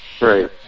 Right